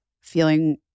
feeling